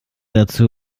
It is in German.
dazu